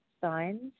signs